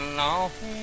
long